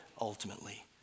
ultimately